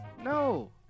No